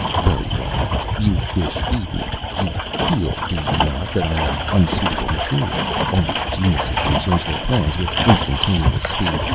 very well. you wish eden. you feel do you not that i am unsuitable material. only geniuses can change their plans with instantaneous speed.